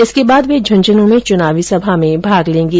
इसके बाद वे झुन्झुन् में चुनावी सभा में भाग लेंगे